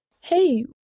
Hey